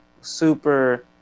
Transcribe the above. super